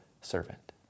servant